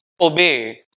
obey